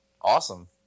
Awesome